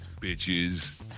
bitches